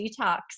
detox